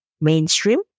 mainstream